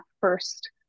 first